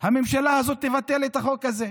הממשלה הזאת תבטל את החוק הזה,